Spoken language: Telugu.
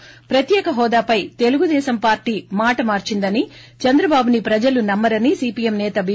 ి ప్రత్యేక హోదాపై తెలుగుదేశం పార్లీ మాటమార్సిందని చంద్రబాబుని ప్రజలు నమ్మ రని సీపీఎం సేత బి